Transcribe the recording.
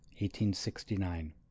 1869